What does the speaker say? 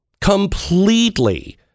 Completely